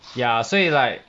ya 所以 like